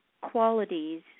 qualities